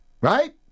right